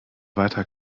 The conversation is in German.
weiter